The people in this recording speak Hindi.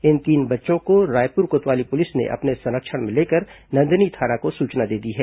इन तीनों बच्चों को रायपुर कोतवाली पुलिस ने अपने संरक्षण में लेकर नंदिनी थाना को सूचना दे दी है